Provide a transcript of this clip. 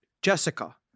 Jessica